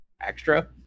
extra